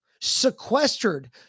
sequestered